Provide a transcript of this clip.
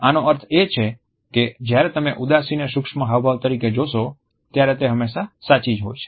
આનો અર્થ એ છે કે જ્યારે તમે ઉદાસીને સૂક્ષ્મ હાવભાવ તરીકે જોશો ત્યારે તે હંમેશાં સાચી જ હશે